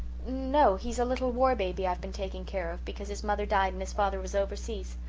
no, he's a little war-baby i've been taking care of, because his mother died and his father was overseas,